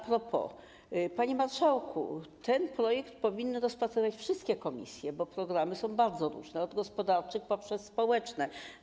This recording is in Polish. propos, panie marszałku, ten projekt powinny rozpatrywać wszystkie komisje, bo programy są bardzo różne: od gospodarczych poprzez społeczne.